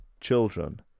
children